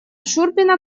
шурпина